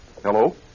Hello